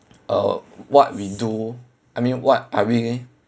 uh what we do I mean what are we